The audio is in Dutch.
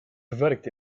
verwerkt